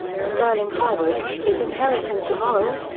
sterling harwood, is inheritance immoral?